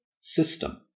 system